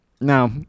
no